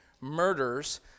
murders